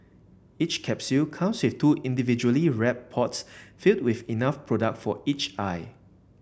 each capsule comes with two individually wrap pods filled with enough product for each eye